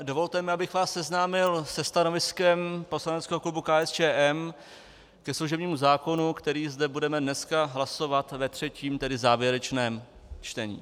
Dovolte mi, abych vás seznámil se stanoviskem poslaneckého klubu KSČM ke služebnímu zákonu, který zde budeme dneska hlasovat ve třetím, tedy závěrečném čtení.